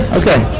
okay